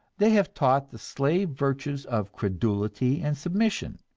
they have taught the slave virtues of credulity and submission